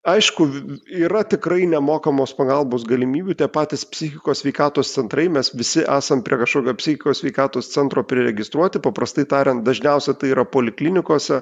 aišku yra tikrai nemokamos pagalbos galimybių tie patys psichikos sveikatos centrai mes visi esam prie kažkokio psichikos sveikatos centro priregistruoti paprastai tariant dažniausia tai yra poliklinikose